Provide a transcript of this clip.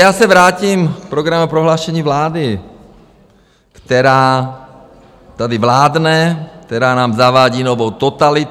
Já se vrátím k programovém prohlášení vlády, která tady vládne, která nám zavádí novou totalitu.